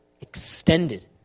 extended